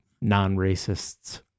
non-racists